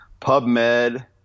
PubMed